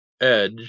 Edge